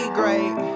great